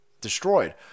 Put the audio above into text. destroyed